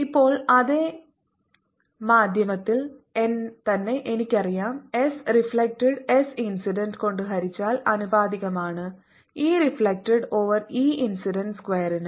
ഇപ്പോൾ അതേ മാധ്യമത്തിൽ തന്നെ എനിക്കറിയാം എസ് റിഫ്ലെക്ടഡ് എസ് ഇൻസിഡന്റ് കൊണ്ട് ഹരിച്ചാൽ ആനുപാതികമാണ് E reflected over E incident സ്ക്വയറിന്